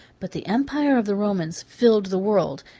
but the empire of the romans filled the world,